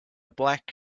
black